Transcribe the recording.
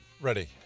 Ready